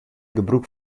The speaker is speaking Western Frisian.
gebrûk